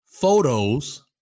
Photos